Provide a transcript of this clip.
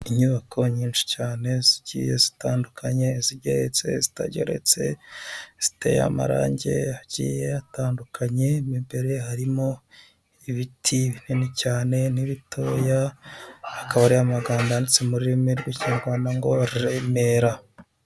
Inyubako nyinshi cyane zigiye zitandukanye izigeretse, izitageretse ziteye amarangi atandukanye, mo imbere harimo ibiti binini cyane n'ibitoya, hakaba hariho amagambo yanditse mu rurimi rw'ikinyarwanda, ngo Remera.